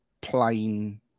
plain